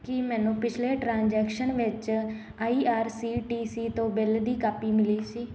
ਕੀ ਮੈਨੂੰ ਪਿਛਲੇ ਟ੍ਰਾਂਜੈਕਸ਼ਨ ਵਿੱਚ I R C T C ਤੋਂ ਬਿੱਲ ਦੀ ਕਾਪੀ ਮਿਲੀ ਸੀ